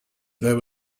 there